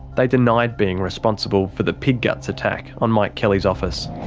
they denied being responsible for the pig guts attack on mike kelly's office.